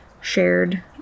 shared